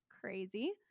crazy